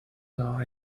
are